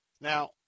Now